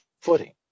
footing